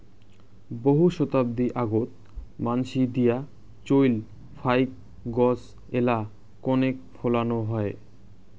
বহু শতাব্দী আগোত মানসি দিয়া চইল ফাইক গছ এ্যালা কণেক ফলানো হয়